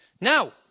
Now